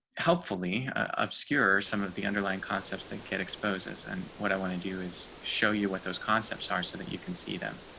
hopefully obscure some of the underlying concepts that kid exposes and what i want to do is show you what those concepts are so that you can see them,